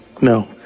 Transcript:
no